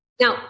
Now